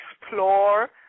explore